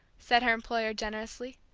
said her employer, generously.